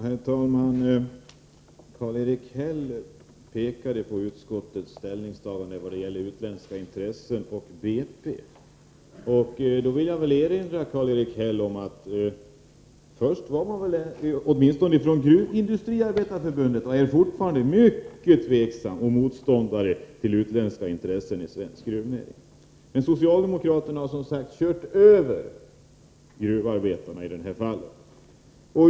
Herr talman! Karl-Erik Häll hänvisade till utskottets ställningstaganden vad gäller utländska intressen och BP. Då vill jag erinra Karl-Erik Häll om att Gruvindustriarbetareförbundet fortfarande är mycket tveksamt till och motståndare till utländska intressen i svensk gruvnäring. Men socialdemo kraterna har kört över gruvarbetarna i detta fall.